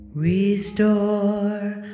Restore